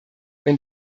wenn